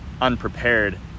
unprepared